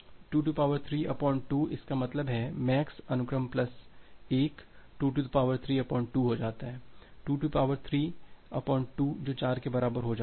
तो २3 2 इसका मतलब है MAX अनुक्रम प्लस 1 २3 2 हो जाता है २3 2 जो 4 के बराबर हो जाता है